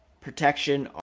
protection